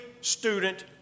student